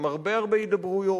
עם הרבה הרבה הידברויות,